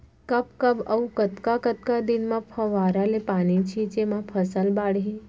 कब कब अऊ कतका कतका दिन म फव्वारा ले पानी छिंचे म फसल बाड़ही?